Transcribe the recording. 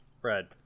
Fred